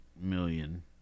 million